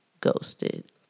ghosted